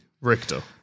Richter